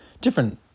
different